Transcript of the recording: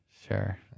Sure